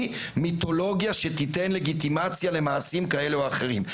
מיתולוגיה שתיתן לגיטימציה למעשים כאלה ואחרים.